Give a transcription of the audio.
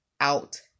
out